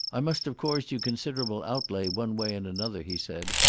i must have caused you considerable outlay, one way and another, he said.